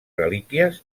relíquies